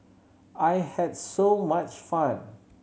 I had so much fun